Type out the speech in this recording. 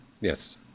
Yes